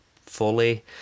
fully